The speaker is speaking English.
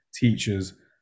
teachers